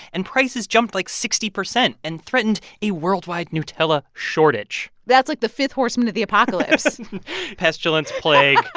and prices jumped, like, sixty percent and threatened a worldwide nutella shortage that's, like, the fifth horsemen of the apocalypse pestilence, plague,